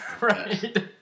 Right